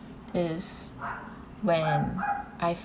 is when I